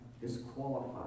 disqualified